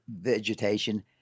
vegetation